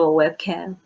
webcam